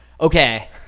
Okay